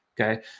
okay